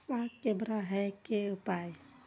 साग के बड़ा है के उपाय?